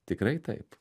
tikrai taip